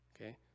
Okay